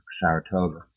Saratoga